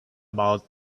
about